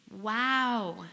Wow